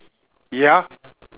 ya